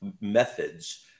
methods